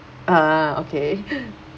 uh okay